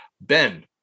Ben